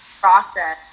process